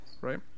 right